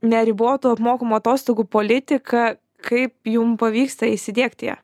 neribotų apmokamų atostogų politiką kaip jum pavyksta įsidiegti ją